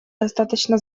достаточно